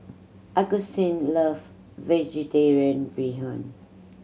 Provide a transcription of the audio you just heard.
Augustine love Vegetarian Bee Hoon